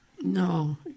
No